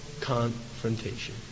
confrontation